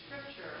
Scripture